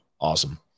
Awesome